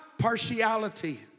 partiality